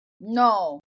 No